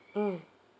mm